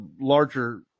larger